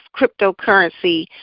cryptocurrency